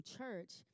church